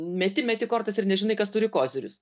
meti meti kortas ir nežinai kas turi kozirius